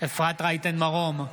אפרת רייטן מרום,